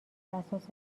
اساس